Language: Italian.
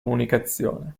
comunicazione